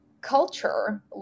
culture